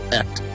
act